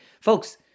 Folks